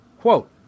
Quote